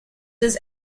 this